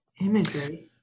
imagery